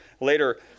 later